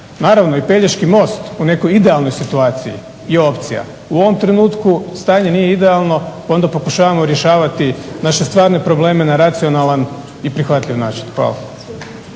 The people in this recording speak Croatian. Naravno i Pelješki most u nekoj idealnoj situaciji je opcija. U ovom trenutku stanje nije idealno pa onda pokušavamo rješavati naše stvarne probleme na racionalan i prihvatljiv način. Hvala.